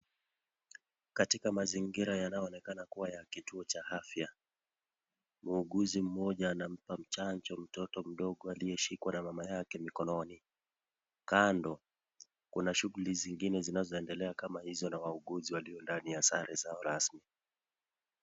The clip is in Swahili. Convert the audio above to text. Katika mazingira yanayoonekana kuwa ya kituo cha afya, muuguzi mmoja anampa chanjo mtoto mdogo aliyeshikwa na mama yake mikononi. Kando, kuna shughuli zingine zinazoendelea kama hizo na wauguzi ndani ya sare zao rasmi.